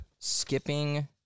skipping